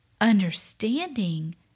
Understanding